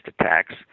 attacks